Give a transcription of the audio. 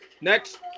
Next